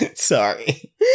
Sorry